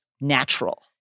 natural